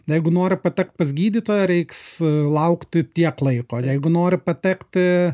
jeigu nori patekt pas gydytoją reiks laukti tiek laiko jeigu nori patekti